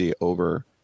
over